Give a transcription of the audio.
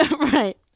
Right